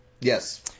Yes